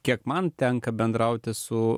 kiek man tenka bendrauti su